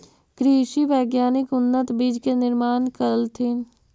कृषि वैज्ञानिक उन्नत बीज के निर्माण कलथिन